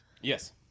Yes